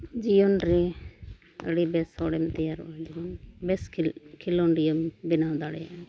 ᱡᱤᱭᱚᱱ ᱨᱮ ᱟᱹᱰᱤ ᱵᱮᱥ ᱦᱚᱲᱮᱢ ᱛᱮᱭᱟᱨᱚᱜᱼᱟ ᱵᱮᱥ ᱠᱷᱮᱞᱳᱰᱤᱭᱟᱹᱢ ᱵᱮᱱᱟᱣ ᱫᱟᱲᱮᱭᱟᱜᱼᱟ